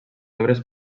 obres